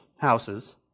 houses